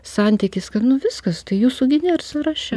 santykis kad nu viskas tu jūsų gi nėr sąraše